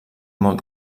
molt